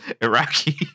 Iraqi